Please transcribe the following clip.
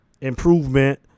improvement